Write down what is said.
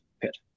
pit